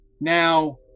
Now